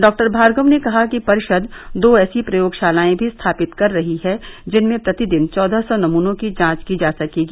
doctor Bhargava ने कहा कि परिषद दो ऐसी प्रयोगशालाएं भी स्थापित कर रही है जिनमें प्रतिदिन चौदह सौ नमूनों की जांच की जा सकेगी